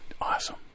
Awesome